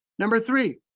number three,